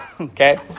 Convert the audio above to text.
Okay